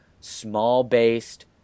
small-based